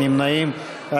משרד הכלכלה,